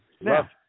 Now